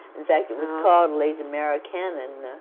in fact, it was called les americains in and